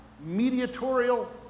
mediatorial